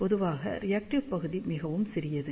பொதுவாக ரியாக்டிவ் பகுதி மிகவும் சிறியது